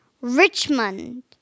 Richmond